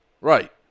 Right